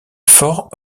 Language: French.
fort